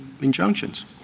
injunctions